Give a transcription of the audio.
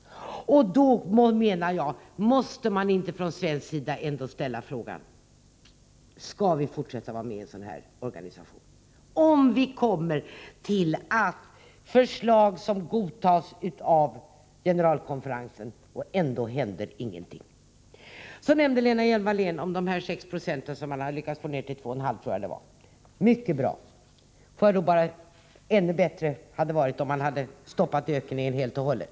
Jag undrar därför om man inte från 15 januari 1985 svensk sida måste ställa frågan: Skall vi fortsätta att vara med i en sådan här organisation, om förslag godtas av generalkonferensen och ingenting ändå Om inriktningen av händer? UNESCO:s Lena Hjelm-Wallén nämnde de 6 76 som man har lyckats få ner till 2,5 76. verksamhet Det är mycket bra, men ändå bättre hade det varit om man stoppat ökningen helt och hållet.